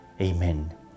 Amen